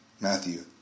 Matthew